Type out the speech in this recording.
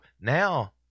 now